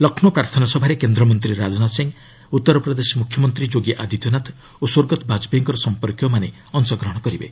ଲକ୍ଷ୍ମୌ ପ୍ରାର୍ଥନା ସଭାରେ କେନ୍ଦ୍ରମନ୍ତ୍ରୀ ରାଜନାଥ ସିଂ ଉତ୍ତରପ୍ରଦେଶ ମୁଖ୍ୟମନ୍ତ୍ରୀ ଯୋଗୀ ଆଦିତ୍ୟନାଥ ଓ ସ୍ୱର୍ଗତ ବାଜପେୟୀଙ୍କର ସଂପର୍କୀୟମାନେ ଅଂଶ ଗ୍ରହଣ କରିବେ